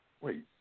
Wait